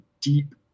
deep